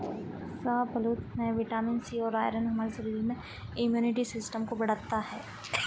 शाहबलूत में vitamin C और आयरन हमारे शरीर में इम्युनिटी सिस्टम को बढ़ता है